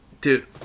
Dude